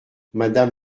madame